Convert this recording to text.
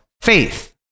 faith